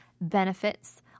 benefits